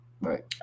right